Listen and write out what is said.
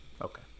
Okay